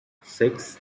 six